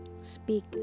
speak